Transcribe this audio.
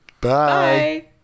Bye